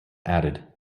added